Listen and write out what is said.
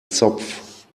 zopf